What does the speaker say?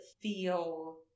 feel